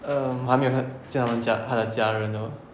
um 还没有看见他们的家见他的家人 uh